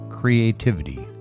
creativity